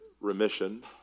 remission